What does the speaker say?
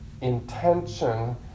intention